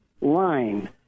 line